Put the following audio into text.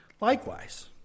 Likewise